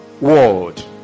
world